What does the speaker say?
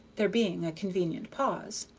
there being a convenient pause,